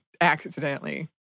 accidentally